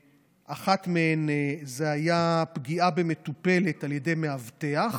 אחת מהן הייתה על פגיעה במטופלת על ידי מאבטח,